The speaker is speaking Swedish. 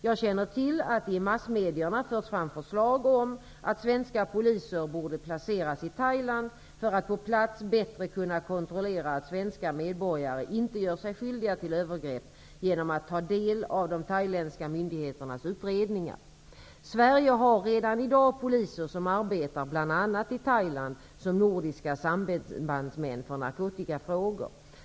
Jag känner till att det i massmedia förts fram förslag om att svenska poliser borde placeras i Thailand för att på plats bättre kunna kontrollera att svenska medborgare inte gör sig skyldiga till övergrepp genom att ta del av de thailändska myndigheternas utredningar. Sverige har redan i dag poliser som arbetar bl.a. i Thailand som nordiska sambandsmän för narkotikafrågor.